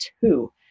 two